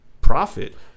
profit